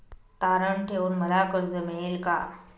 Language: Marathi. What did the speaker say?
तारण ठेवून मला कर्ज मिळेल का?